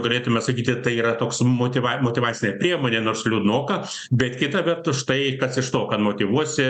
galėtume sakyti tai yra toks motyva motyvacinė priemonė nors liūdnoka bet kita vertus štai kas iš to kad motyvuosi